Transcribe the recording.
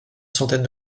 centaine